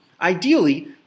Ideally